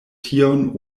tion